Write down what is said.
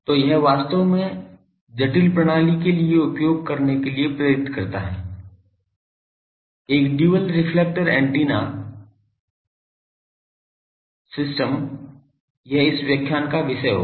तो यह वास्तव में जटिल प्रणाली के लिए उपयोग करने के लिए प्रेरित करता है एक ड्यूल रिफ्लेक्टर ऐन्टेना सिस्टम यह इस व्याख्यान का विषय होगा